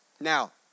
Now